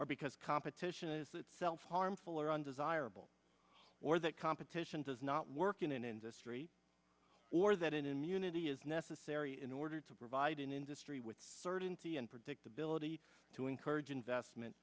or because competition is itself harmful or undesirable or that competition does not work in an industry or that an immunity is necessary in order to provide an industry with certainty and predictability to encourage investment